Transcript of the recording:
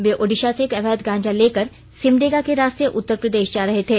वे ओडिशा से अवैध गांजा लेकर सिमडेगा के रास्ते उत्तर प्रदेश जा रहे थे